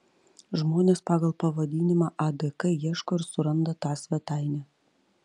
žmonės pagal pavadinimą adk ieško ir suranda tą svetainę